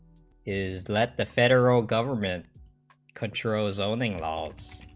is that the federal government controls only calls